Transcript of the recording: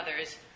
others